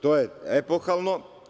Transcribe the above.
To je epohalno.